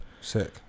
Sick